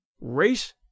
Race